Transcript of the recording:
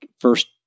first